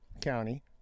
County